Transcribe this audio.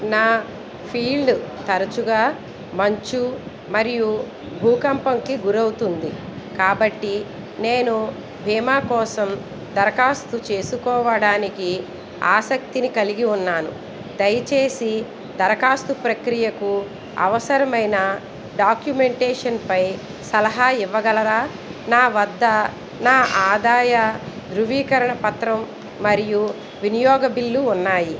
నా ఫీల్డ్ తరచుగా మంచు మరియు భూకంపంకి గురవుతుంది కాబట్టి నేను బీమా కోసం దరఖాస్తు చేసుకోవడానికి ఆసక్తిని కలిగిఉన్నాను దయచేసి దరఖాస్తు ప్రక్రియకు అవసరమైన డాక్యుమెంటేషన్పై సలహా ఇవ్వగలరా నా వద్ద నా ఆదాయ ధృవీకరణ పత్రం మరియు వినియోగ బిల్లు ఉన్నాయి